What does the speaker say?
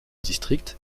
district